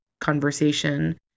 conversation